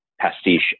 pastiche